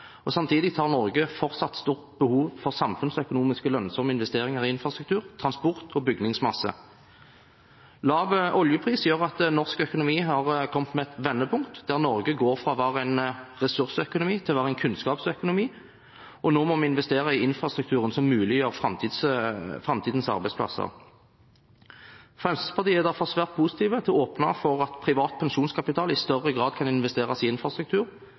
og samtidig har Norge fortsatt stort behov for samfunnsøkonomisk lønnsomme investeringer i infrastruktur, transport og bygningsmasse. Lav oljepris gjør at norsk økonomi har kommet til et vendepunkt der Norge går fra å være en ressursøkonomi til å være en kunnskapsøkonomi, og nå må vi investere i infrastrukturen som muliggjør framtidens arbeidsplasser. Fremskrittspartiet er derfor svært positivt til å åpne for at privat pensjonskapital i større grad kan investeres i infrastruktur.